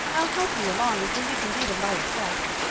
i'll help you along until you can do them by yourself.